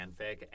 fanfic